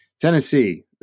Tennessee